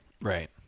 Right